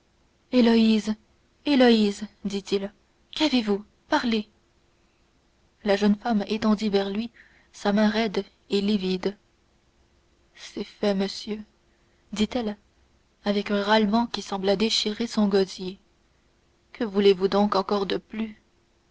héloïse héloïse dit-il qu'avez-vous parlez la jeune femme étendit vers lui sa main raide et livide c'est fait monsieur dit-elle avec un râlement qui sembla déchirer son gosier que voulez-vous donc encore de plus